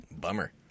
Bummer